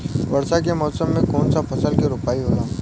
वर्षा के मौसम में कौन सा फसल के रोपाई होला?